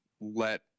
let